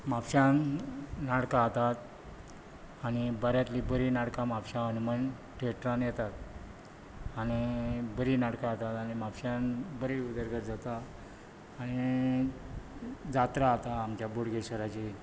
म्हापश्यान नाटकां जातात आनी बऱ्यांतली बरी नाटका म्हापश्यां हनुमान थॅट्रान येतात आनी बरी नाटकां जातात म्हापश्यान बरी उदरगत जाता आनी जात्रा जाता आमच्या बोडगेश्वराची